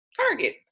target